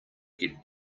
get